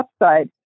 upside